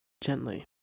gently